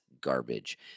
garbage